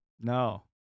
no